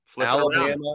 Alabama